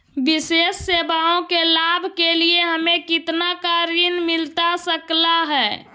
विशेष सेवाओं के लाभ के लिए हमें कितना का ऋण मिलता सकता है?